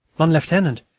mon lieutenant,